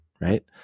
right